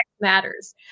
matters